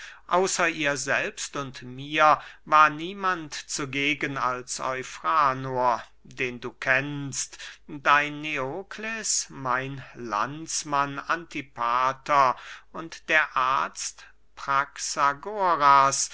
außer ihr selbst und mir war niemand zugegen als eufranor den du kennst dein neokles mein landsmann antipater und der arzt